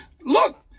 Look